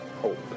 Hope